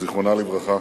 זיכרונה לברכה.